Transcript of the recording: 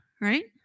right